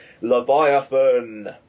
Leviathan